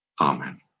Amen